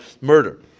murder